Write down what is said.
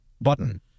button